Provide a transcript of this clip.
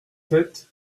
sept